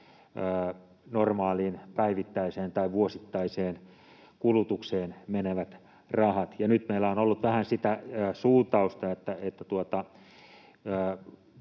normaaliin päivittäiseen tai vuosittaiseen kulutukseen menevät rahat. Nyt meillä on ollut vähän sitä suuntausta, että